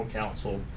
counsel